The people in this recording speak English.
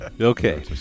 Okay